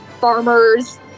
farmers